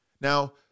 Now